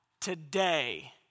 Today